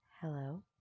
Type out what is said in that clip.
Hello